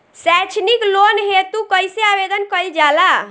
सैक्षणिक लोन हेतु कइसे आवेदन कइल जाला?